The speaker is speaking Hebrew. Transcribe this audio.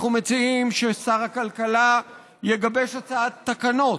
אנחנו מציעים ששר הכלכלה יגבש הצעת תקנות,